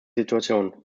situation